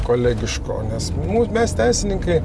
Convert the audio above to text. kolegiško nes mes teisininkai